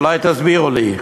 אולי תסבירו לי.